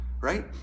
right